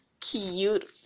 cute